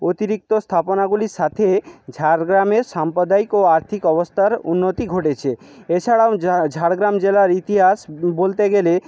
অতিরিক্ত স্থাপনাগুলির সাথে ঝাড়গ্রামের সাম্প্রদায়িক ও আর্থিক অবস্থার উন্নতি ঘটেছে এছাড়াও ঝাড়গ্রাম জেলার ইতিহাস বলতে গেলে